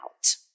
out